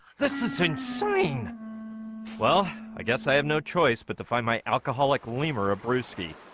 this is insane well, i guess i have no choice, but to find my alcoholic lemur a brewski